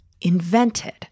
invented